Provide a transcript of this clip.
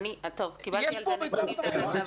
יש פה ביצה ותרנגולת.